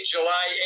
July